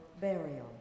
burial